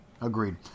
Agreed